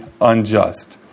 unjust